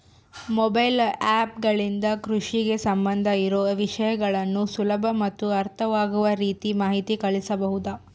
Mobile app ಗಳಿಂದ ಕೃಷಿಗೆ ಸಂಬಂಧ ಇರೊ ವಿಷಯಗಳನ್ನು ಸುಲಭ ಮತ್ತು ಅರ್ಥವಾಗುವ ರೇತಿ ಮಾಹಿತಿ ಕಳಿಸಬಹುದಾ?